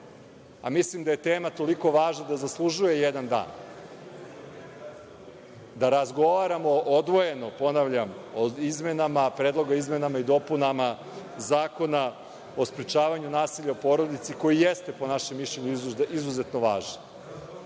a mislim da je tema toliko važna da zaslužuje jedan dan, da razgovaramo odvojeno, ponavljam, o Predlogu o izmenama i dopunama Zakona o sprečavanju nasilja u porodici, koji jeste, po našem mišljenju, izuzetno važan.